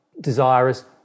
desirous